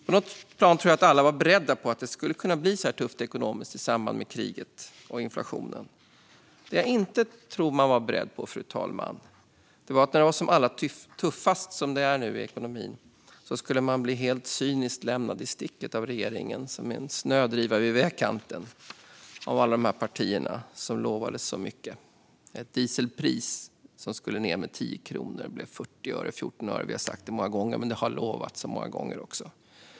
På något plan tror jag att alla var beredda på att det skulle kunna bli så här ekonomiskt tufft i samband med kriget och inflationen. Det jag tror att man inte var beredd på, fru talman, är att man nu när det är som allra tuffast i ekonomin helt cyniskt skulle bli lämnad i sticket, som en snödriva vid vägkanten, av regeringen och alla partierna som lovade så mycket. De lovade att dieselpriset skulle ned med 10 kronor. Det blev 40 öre. Vi har sagt det många gånger, men det har också lovats många gånger.